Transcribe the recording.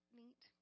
neat